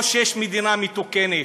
או שיש מדינה מתוקנת,